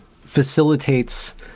facilitates